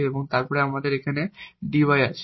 এবং তারপর আমাদের এখানে এই dy আছে